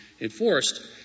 enforced